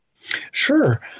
Sure